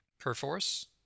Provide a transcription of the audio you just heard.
Perforce